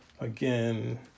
again